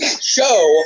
show